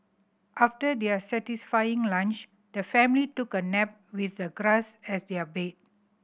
after their satisfying lunch the family took a nap with the grass as their bed